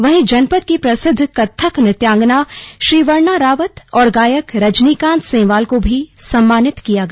वहीं जनपद की प्रसिद्ध कत्थक नृत्यगंना श्रीवरणा रावत और गायक रजनीकांत सेमवाल को भी सम्मानित किया गया